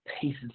pieces